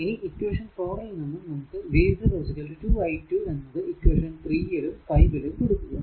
ഇനി ഇക്വേഷൻ 4 ൽ നിന്നും നമുക്ക് v0 2 i2 എന്നത് ഇക്വേഷൻ 3 ലും 5 ലും കൊടുക്കുക